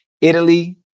Italy